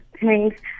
Thanks